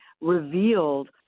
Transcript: revealed